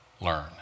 Learn